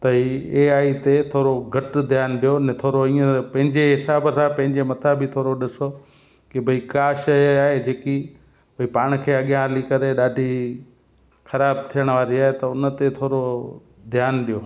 त ई एआई ते थोरो घटि ध्यानु ॾियो न थोरो हीअंर पंहिंजे हिसाब सां पंहिंजे मथां बि थोरो ॾिसो की भई का शइ आहे जेकी उहे पाण खे अॻियां हली करे ॾाढी ख़राब थियणु वारी आहे त उन ते थोरो ध्यानु ॾियो